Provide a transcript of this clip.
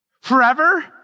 Forever